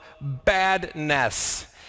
badness